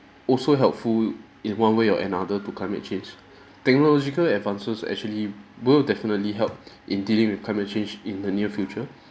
also helpful in one way or another to climate change technological advances actually will definitely help in dealing with climate change in the near future